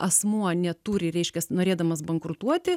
asmuo neturi reiškias norėdamas bankrutuoti